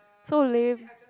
so lame